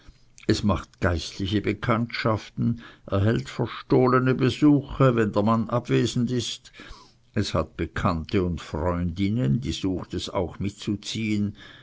es macht geistliche bekanntschaften erhält verstohlene besuche wenn der mann abwesend ist es hat bekannte und freundinnen die sucht es auch mitzuziehen